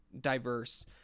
diverse